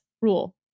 rule